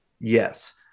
Yes